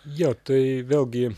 jo tai vėlgi